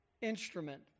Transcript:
instrument